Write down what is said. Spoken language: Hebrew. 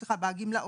בגמלאות.